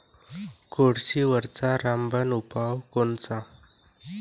कोळशीवरचा रामबान उपाव कोनचा?